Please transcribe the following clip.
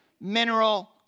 mineral